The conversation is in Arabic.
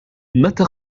متى